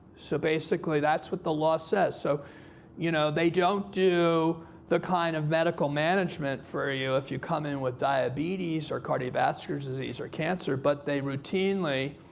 so basically, that's what the law says. so you know they don't do the kind of medical management for ah you if you come in with diabetes or cardiovascular disease or cancer. but they routinely